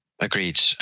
Agreed